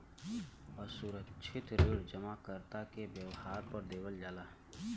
असुरक्षित ऋण जमाकर्ता के व्यवहार पे देवल जाला